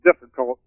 difficult